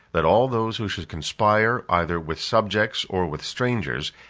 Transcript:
that all those who should conspire, either with subjects or with strangers,